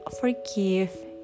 forgive